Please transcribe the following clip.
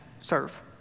serve